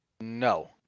No